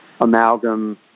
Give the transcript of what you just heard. amalgam